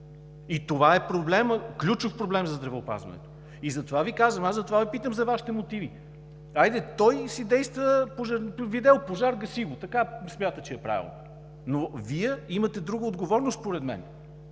е проблем, ключов проблем за здравеопазването. И затова Ви казвам, затова Ви питам за Вашите мотиви. Хайде, той си действа – видял пожар, гаси го. Смята, че така е правилно. Но Вие имате друга отговорност според мен.